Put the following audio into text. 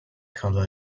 colour